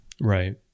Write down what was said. Right